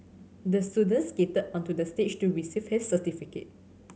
the student skated onto the stage to receive his certificate